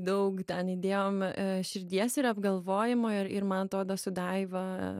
daug ten įdėjom širdies ir apgalvojimo ir ir man atrodo su daiva